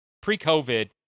Pre-COVID